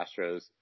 Astros